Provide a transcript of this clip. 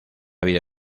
vida